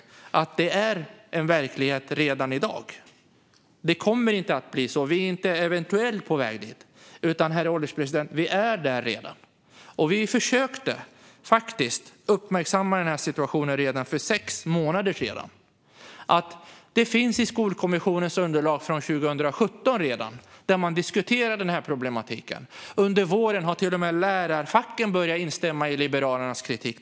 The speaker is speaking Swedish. Liberalerna menar att detta är en verklighet redan i dag. Det här är inte något som kommer att ske senare eller något som vi eventuellt är på väg till, utan vi är redan där, herr ålderspresident. Liberalerna försökte faktiskt uppmärksamma situationen redan för sex månader sedan. Denna problematik diskuterades redan 2017 i Skolinspektionens underlag. Under våren har till och med lärarfacken börjat instämma i Liberalernas kritik.